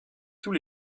tous